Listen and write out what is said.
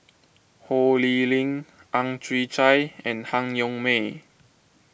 Ho Lee Ling Ang Chwee Chai and Han Yong May